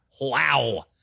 Wow